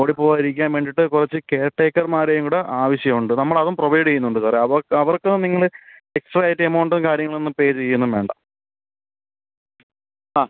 ഓടിപ്പോകാതിരിക്കാൻ വേണ്ടീട്ട് കുറച്ചു കെയർടേക്കർമാരേം കൂടെ ആവശ്യമുണ്ട് നമ്മളതും പ്രൊവൈഡ് ചെയ്യുന്നുണ്ട് സാറേ അവർക്ക് അവർക്ക് നിങ്ങൾ എക്സ്ട്രാ ആയിട്ട് എമൗണ്ടും കാര്യങ്ങളൊന്നും പേ ചെയ്യുവൊന്നും വേണ്ട ആ